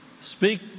Speak